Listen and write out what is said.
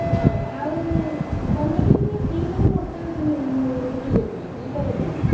ହଁ ଆଉ ମନେ କରିକି ଦୁଇଟାରୁ ଗୋଟେ ରୁଟି ଦେବେ ଦୁଇଟା ଦେବେନି